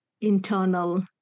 internal